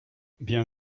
bien